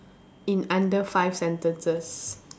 in under five sentences